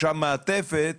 מעטפת